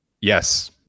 Yes